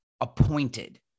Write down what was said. appointed